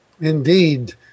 Indeed